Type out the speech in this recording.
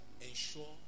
ensure